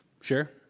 Sure